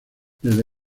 desde